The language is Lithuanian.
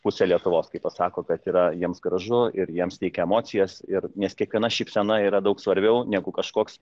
pusė lietuvos kai pasako kad yra jiems gražu ir jiems teikia emocijas ir nes kiekviena šypsena yra daug svarbiau negu kažkoks